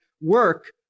work